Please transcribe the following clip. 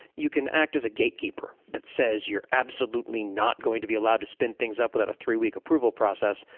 you can act as a gatekeeper that says, you're absolutely not going to be allowed to spin things up without a three-week approval process.